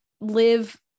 live